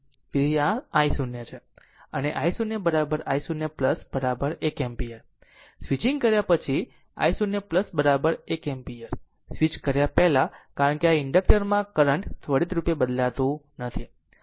તેથી આ i0 છે અને i0 i0 1 એમ્પીયર સ્વિચ કર્યા પછી i0 1 એમ્પીયર સ્વિચ કર્યા પહેલા કારણ કે ઇન્ડક્ટર માં કરંટ ત્વરિત બદલી શકતું નથી